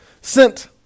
sent